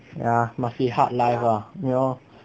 ya must be hard life ah you know